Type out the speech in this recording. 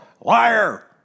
liar